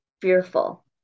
fearful